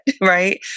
right